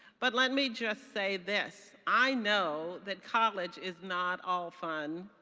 but let me just say this i know that college is not all fun,